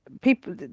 people